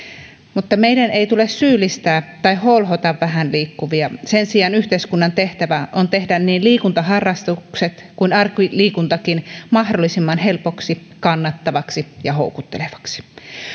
mutta meidän ei tule syyllistää tai holhota vähän liikkuvia sen sijaan yhteiskunnan tehtävä on tehdä niin liikuntaharrastukset kuin arkiliikuntakin mahdollisimman helpoksi kannattavaksi ja houkuttelevaksi